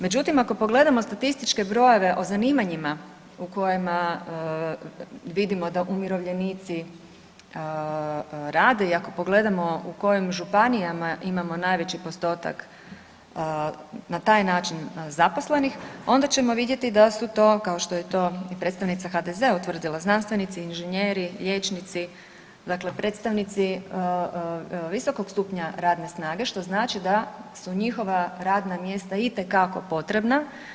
Međutim, ako pogledamo statističke brojeve o zanimanjima u kojima vidimo da umirovljenici rade i ako pogledamo u kojim županijama imamo najveći postotak na taj način zaposlenih onda ćemo vidjeti da su to, kao što je to i predstavnica HDZ-a utvrdila, znanstvenici, inženjeri, liječnici, dakle predstavnici visokog stupnja radne snage, što znači da su njihova radna mjesta itekako potrebna.